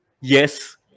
Yes